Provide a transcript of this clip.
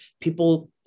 people